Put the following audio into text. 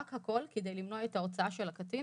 הכול כדי למנוע את הוצאת הקטין